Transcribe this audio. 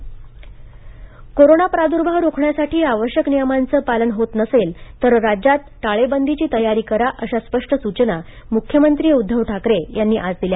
मुख्यमंत्री कोरोना आढावा कोरोना प्रादुर्भाव रोखण्यासाठी आवश्यक नियमांच पालन होत नसेलं तर राज्यात टाळेबदीची तयारी करा अशा स्पष्ट सूचना मुख्यमंत्री उद्धव ठकारे यांनी आज दिल्या